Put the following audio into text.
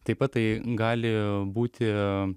taip pat tai gali būti